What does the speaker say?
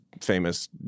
famous